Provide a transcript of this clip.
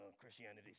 Christianity